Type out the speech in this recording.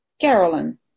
Carolyn